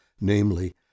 Namely